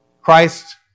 Christ